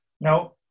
Now